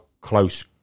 close